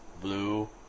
blue